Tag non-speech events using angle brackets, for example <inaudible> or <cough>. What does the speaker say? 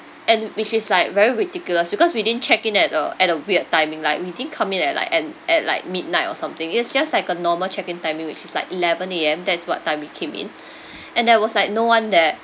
and which is like very ridiculous because we didn't check in at a at a weird timing like we didn't come in at like and at like midnight or something it's just like a normal check in timing which is like eleven A_M that's what time we came in <breath> and there was like no one there